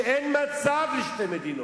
שאין מצב לשתי מדינות.